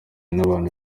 n’abantu